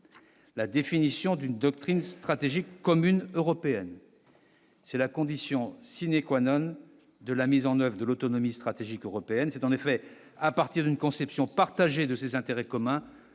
la définition d'une doctrine stratégique commune européenne. C'est la condition sine quoi, non de la mise en 9 de l'autonomie stratégique européenne, c'est en effet à partir d'une conception partagée de ces intérêts communs.